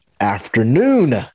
afternoon